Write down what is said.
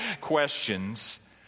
questions